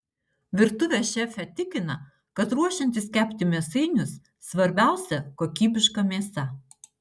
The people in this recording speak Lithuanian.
virtuvės šefė tikina kad ruošiantis kepti mėsainius svarbiausia kokybiška mėsa